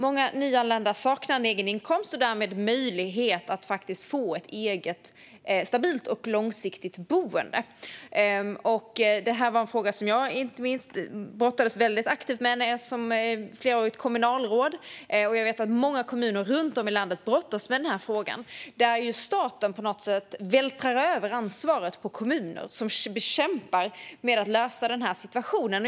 Många nyanlända saknar en egen inkomst och därmed möjlighet att få ett eget stabilt och långsiktigt boende. Detta var en fråga som inte minst jag brottades väldigt aktivt med under flera år som kommunalråd. Och jag vet att många kommuner runt om i landet brottas med frågan. Staten vältrar över ansvaret på kommuner som kämpar med att lösa den här situationen.